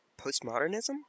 postmodernism